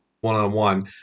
one-on-one